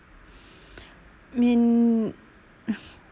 mean